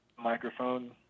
Microphone